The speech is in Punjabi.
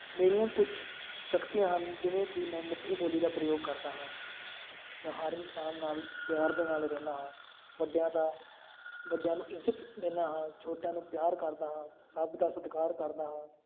ਮੇਰੀਆਂ ਕੁਛ ਸ਼ਕਤੀਆਂ ਹਨ ਜਿਵੇਂ ਕਿ ਮੈਂ ਮਿੱਠੀ ਬੋਲੀ ਦਾ ਪ੍ਰਯੋਗ ਕਰਦਾ ਹਾਂ ਮੈਂ ਹਰ ਇਨਸਾਨ ਨਾਲ ਪਿਆਰ ਦੇ ਨਾਲ ਰਹਿੰਦਾ ਹਾਂ ਵੱਡਿਆਂ ਦਾ ਵੱਡਿਆਂ ਨੂੰ ਇੱਜ਼ਤ ਦਿੰਦਾ ਹਾਂ ਛੋਟਿਆਂ ਨੂੰ ਪਿਆਰ ਕਰਦਾ ਹਾਂ ਸਭ ਦਾ ਸਤਿਕਾਰ ਕਰਦਾ ਹਾਂ